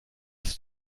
bis